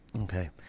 Okay